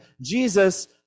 Jesus